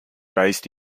based